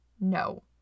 No